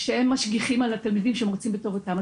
משגיחים על התלמידים שהם רוצים בטובתם.